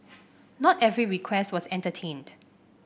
not every request was entertained